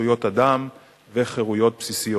זכויות אדם וחירויות בסיסיות".